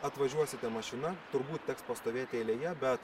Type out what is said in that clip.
atvažiuosite mašina turbūt teks pastovėti eilėje bet